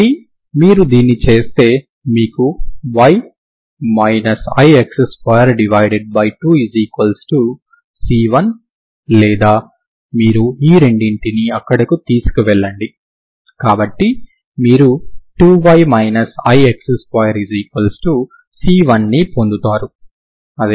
కాబట్టి మీరు దీన్ని చేస్తే మీకు y ix22C1 లేదా మీరు ఈ రెండింటిని అక్కడకు తీసుకెళ్లండి కాబట్టి మీరు 2y ix2C1 ని పొందుతారు